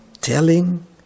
telling